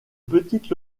petite